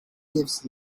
gives